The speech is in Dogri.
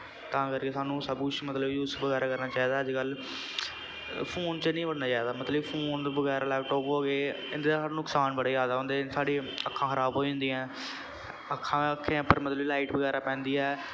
तां करके सानू सब कुछ मतलब यूज बगैरा करना चाहिदा ऐ अज्जकल फोन च नी बड़ना चाहिदा मतलब कि फोन बगैरा लैपटाप हो गे इंदे च सानू नुकसान बड़े ज्यादा होंदे साढ़ी अक्खां खराब हो जांदियां अक्खां अक्खें पर मतलब लाइट बगैरा पैंदी ऐ